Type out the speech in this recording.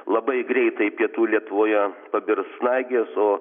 labai greitai pietų lietuvoje pabirs snaigės o